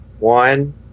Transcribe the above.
One